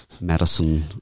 medicine